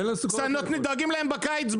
דואגים להם בקיץ,